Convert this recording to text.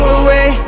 away